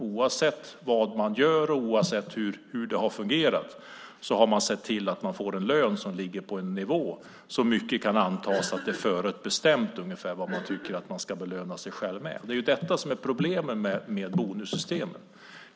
Oavsett vad man gör och oavsett hur det har fungerat har man sett till att man får en lön eller belöning som ligger på en nivå som kan antas vara förutbestämd. Det är detta som är problemet med bonussystemen.